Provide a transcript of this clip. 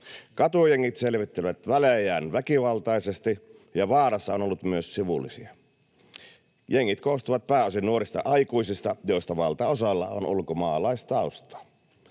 Katujengit selvittelevät välejään väkivaltaisesti, ja vaarassa on ollut myös sivullisia. Jengit koostuvat pääosin nuorista aikuisista, joista valtaosalla on ulkomaalaistaustaa.